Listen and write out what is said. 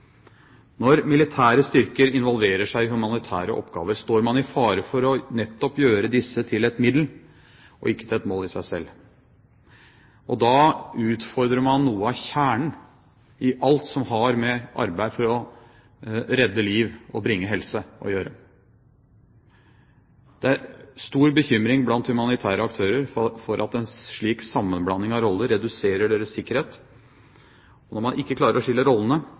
Når militære styrker involverer seg i humanitære oppgaver, står man i fare for nettopp å gjøre disse til et middel og ikke til et mål i seg selv. Da utfordrer man noe av kjernen i alt som har med arbeid for å redde liv og bringe helse å gjøre. Det er stor bekymring blant humanitære aktører for at en slik sammenblanding av roller reduserer deres sikkerhet. Når man ikke klarer å skille rollene,